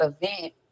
event